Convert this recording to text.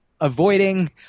Avoiding